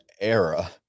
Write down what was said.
era